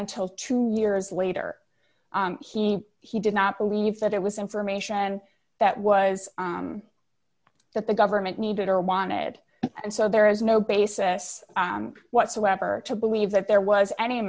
until two years later he he did not believe that it was information that was that the government needed or wanted and so there is no basis whatsoever to believe that there was any